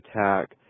attack